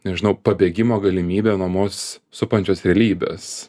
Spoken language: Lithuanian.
nežinau pabėgimo galimybė nuo mus supančios realybės